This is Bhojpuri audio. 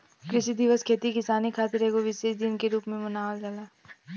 कृषि दिवस खेती किसानी खातिर एगो विशेष दिन के रूप में मनावल जाला